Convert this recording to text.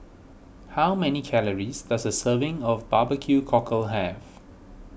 how many calories does a serving of Barbecue Cockle have